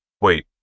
wait